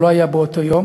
נציין את היום